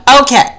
okay